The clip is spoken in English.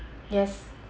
yes